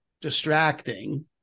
distracting